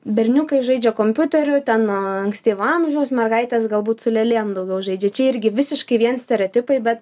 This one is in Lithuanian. berniukai žaidžia kompiuteriu ten nuo ankstyvo amžiaus mergaitės galbūt su lėlėm daugiau žaidžia čia irgi visiškai vien stereotipai bet